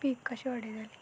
पीक कशी व्हडली जाली